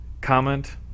comment